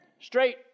straight